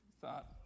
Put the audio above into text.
Thought